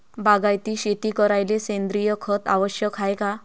बागायती शेती करायले सेंद्रिय खत आवश्यक हाये का?